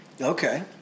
Okay